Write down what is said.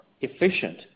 efficient